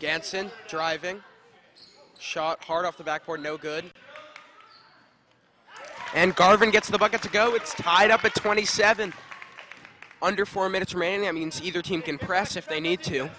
danson driving shot hard off the back for no good and garvin gets the bucket to go it's tied up at twenty seven under four minutes rain that means either team can press if they need to